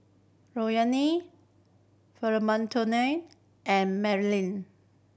Lorrayne Florentino and Melany